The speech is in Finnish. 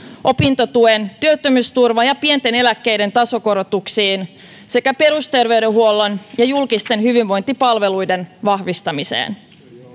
opintotuen työttömyysturvan ja pienten eläkkeiden tasokorotuksiin sekä perusterveydenhuollon ja julkisten hyvinvointipalveluiden vahvistamiseen